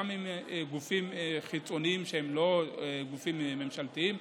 גם עם גופים חיצוניים שהם לא גופים ממשלתיים,